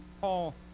Paul